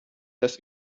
das